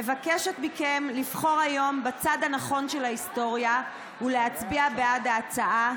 אני מבקשת מכם לבחור היום בצד הנכון של ההיסטוריה ולהצביע בעד ההצעה,